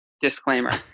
Disclaimer